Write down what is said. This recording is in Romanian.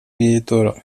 viitorul